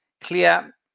clear